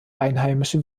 einheimische